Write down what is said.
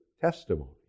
testimony